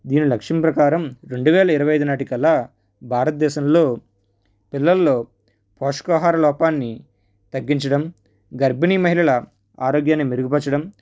దీని లక్ష్యం ప్రకారం రెండువేల ఇరవై ఐదు నాటికల్లా భారతదేశంలో పిల్లల్లో పోషకాహార లోపాన్ని తగ్గించడం గర్భిణి మహిళల ఆరోగ్యాన్ని మెరుగుపరచడం